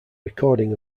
recording